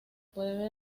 puede